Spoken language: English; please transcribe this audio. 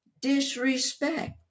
disrespect